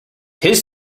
his